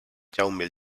jaume